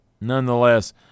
nonetheless